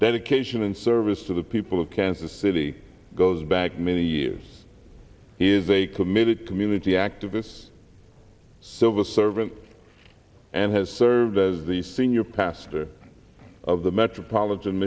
dedication and service to the people of kansas city goes back many years is a committed community activists service servant and has served as the senior pastor of the metropolitan